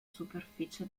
superficie